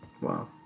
Wow